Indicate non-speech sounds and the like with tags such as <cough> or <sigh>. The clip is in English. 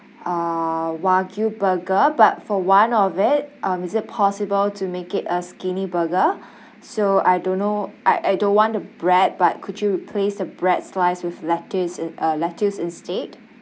uh wagyu burger but for one of it um is it possible to make it a skinny burger <breath> so I don't know I I don't want the bread but could you replace the bread slice with lettuce uh lettuce instead